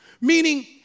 Meaning